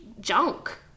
junk